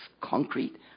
concrete